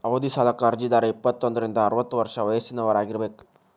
ಅವಧಿ ಸಾಲಕ್ಕ ಅರ್ಜಿದಾರ ಇಪ್ಪತ್ತೋಂದ್ರಿಂದ ಅರವತ್ತ ವರ್ಷ ವಯಸ್ಸಿನವರಾಗಿರಬೇಕ